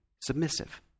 submissive